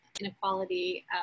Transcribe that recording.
inequality